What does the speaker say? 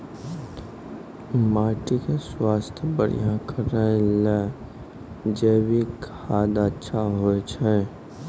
माटी के स्वास्थ्य बढ़िया करै ले जैविक खाद अच्छा होय छै?